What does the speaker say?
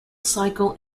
cycle